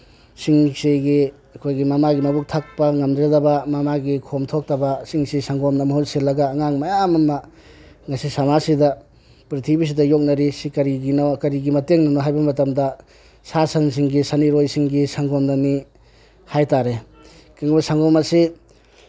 ꯁꯤꯡꯁꯤꯒꯤ ꯑꯩꯈꯣꯏꯒꯤ ꯃꯃꯥꯒꯤ ꯃꯕꯨꯛ ꯊꯛꯇꯕ ꯉꯝꯖꯗ꯭ꯔꯕ ꯃꯃꯥꯒꯤ ꯈꯣꯝ ꯊꯣꯛꯇꯕꯁꯤꯡꯁꯤ ꯁꯪꯒꯣꯝꯅ ꯃꯍꯨꯠ ꯁꯤꯜꯂꯒ ꯑꯉꯥꯡ ꯃꯌꯥꯝ ꯑꯃ ꯉꯁꯤ ꯁꯃꯥꯖꯁꯤꯗ ꯄ꯭ꯔꯤꯊꯤꯕꯤꯁꯤꯗ ꯌꯣꯛꯅꯔꯤ ꯁꯤ ꯀꯔꯤꯒꯤꯅꯣ ꯀꯔꯤꯒꯤ ꯃꯇꯦꯡꯅꯅꯣ ꯍꯥꯏꯕ ꯃꯇꯝꯗ ꯁꯥ ꯁꯟꯁꯤꯡꯒꯤ ꯁꯟ ꯏꯔꯣꯏꯁꯤꯡꯒꯤ ꯁꯪꯒꯣꯝꯅꯅꯤ ꯍꯥꯏꯕ ꯇꯥꯔꯦ ꯀꯔꯤꯒꯨꯝꯕ ꯁꯪꯒꯣꯝ ꯑꯁꯤ